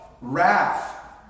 wrath